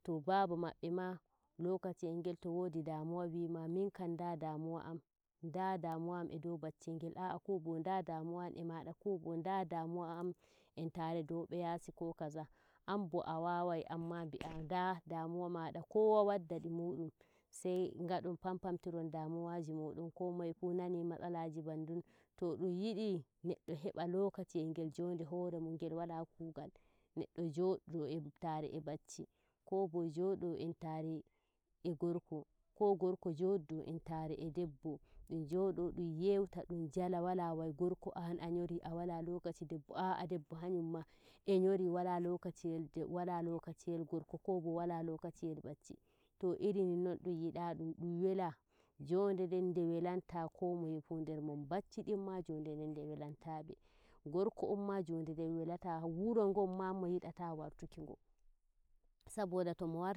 To baaba maɓɓa na lokaciyel ngel to wodi damuwa wima minkan nda damuwa am nda damuwa am edow baccel baccel ngel ko bo nda damuwa am e maaɗa ko bo nda damuwa am entare dow be yasisi ko kaza. Ambo a wawai anma bi'ah nda damuwa ma kowa wadda di muɗun sai ngadon pampamtiron damuwaji modon komai fu nani matsala bandum. To dum yidi neddo heba lokaci yel gel jonde horemun ngel wala kugal neddo joodo entare e bacci ko bo jodo entare e gorko, ko gorko jodo entare e debbo ɗum jooɗo ɗum yeuta dum jala wala wai gorko on a nyori a wala lokaci debbo a'aa debbo har yamma e ngori wala lokaci wala lokaciyel gorko ko bo wala lokaciyel bacci to iri ninnon dum yidedum, wela jonde den nde welanta ko moye fu nder mon bacci din ma jondo nden de welanta be, gorko on ma jonde den nde welata wuro ngon mo yidata wartuki ngo saboda to mo war